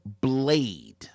Blade